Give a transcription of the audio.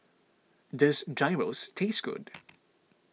does Gyros taste good